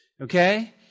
Okay